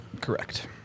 Correct